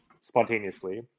spontaneously